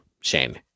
Shane